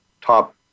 top